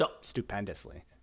stupendously